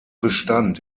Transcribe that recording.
bestand